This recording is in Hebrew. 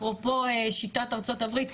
אפרופו שיטת ארה"ב,